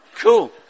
Cool